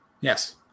Yes